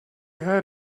had